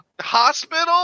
hospital –